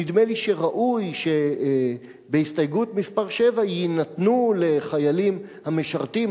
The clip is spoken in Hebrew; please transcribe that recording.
נדמה לי שראוי שבהסתייגות מס' 7 יינתנו לחיילים המשרתים,